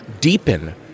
deepen